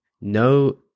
no